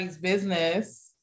business